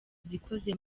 zikoze